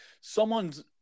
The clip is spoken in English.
someone's